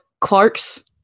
Clark's